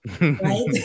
Right